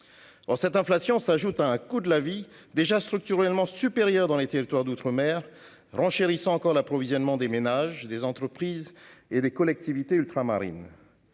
cette inflation s'ajoute à un coût de la vie déjà structurellement supérieur dans les territoires d'outre-mer, renchérissant encore l'approvisionnement des ménages, des entreprises et des collectivités ultramarines.